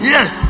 Yes